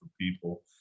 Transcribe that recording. people